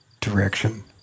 direction